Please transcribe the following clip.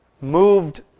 moved